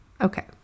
Okay